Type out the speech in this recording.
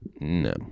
No